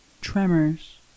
Tremors